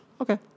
Okay